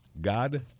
God